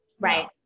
Right